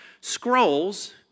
scrolls